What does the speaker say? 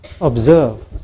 observe